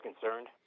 concerned